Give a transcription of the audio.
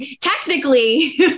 technically